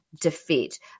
defeat